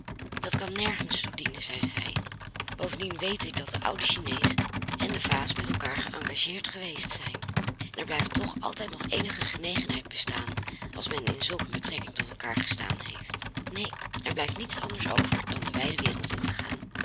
dat kan nergens toe dienen zeide zij bovendien weet ik dat de oude chinees en de vaas met elkaar geëngageerd geweest zijn en er blijft toch altijd nog eenige genegenheid bestaan als men in zulk een betrekking tot elkaar gestaan heeft neen er blijft niets anders over dan de wijde wereld in te gaan